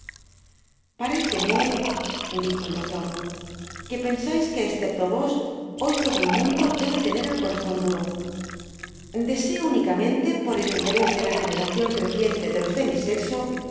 necesaria paréccmedijo el doctor que pensais que escepto vos hoy todo el mundo debe tener el corazon duro deseo únicamente por el interés de la generacion creciente de los de mi secso